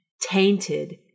tainted